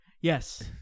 Yes